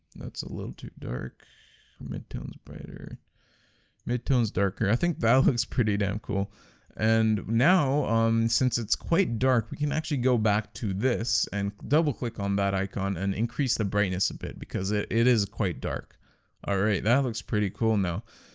that's a little too dark mid-tones brighter mid-tones darker, i think that looks pretty damn cool and now on since it's quite dark we can actually go back to this and double click on that icon and increase the brightness a bit because it it is quite dark that looks pretty cool now,